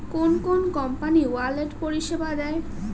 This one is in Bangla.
কোন কোন কোম্পানি ওয়ালেট পরিষেবা দেয়?